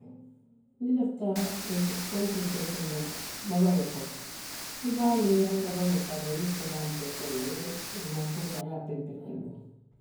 niŋ i lafita ee pontoo penpeŋ na babaroo kono, i be a loo la babaroo kaŋ ne i lafita daamiŋ penpeŋ na i ye maratoo taa i ye a penpeŋ a ye duŋ.